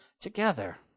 together